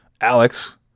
Alex